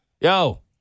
yo